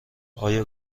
آیا